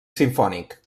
simfònic